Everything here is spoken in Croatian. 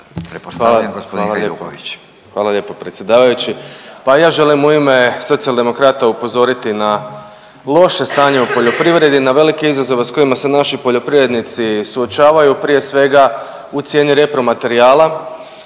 hvala lijepo predsjedavajući. Pa i ja želim u ime Socijaldemokrata upozoriti na loše stanje u poljoprivredi, na velike izazove s kojima se naši poljoprivrednici suočavaju. Prije svega u cijeni repromaterijala